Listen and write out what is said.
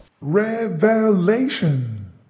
Revelation